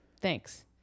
Thanks